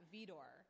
Vidor